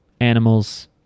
animals